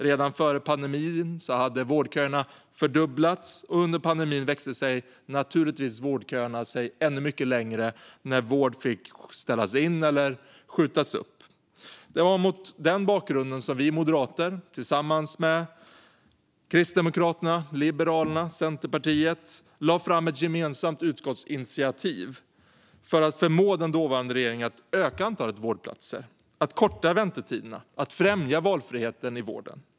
Redan före pandemin hade vårdköerna fördubblats, och under pandemin växte sig vårdköerna naturligtvis ännu längre när vård fick ställas in eller skjutas upp. Det var mot denna bakgrund som vi moderater, tillsammans med Kristdemokraterna, Liberalerna och Centerpartiet, lade fram ett gemensamt utskottsinitiativ för att förmå den dåvarande regeringen att öka antalet vårdplatser, korta väntetiderna och främja valfrihet i vården.